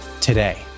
today